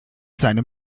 seinen